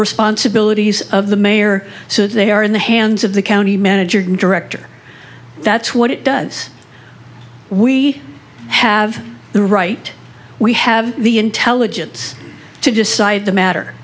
responsibilities of the mayor so they are in the hands of the county manager director that's what it does we have the right we have the intelligence to decide the matter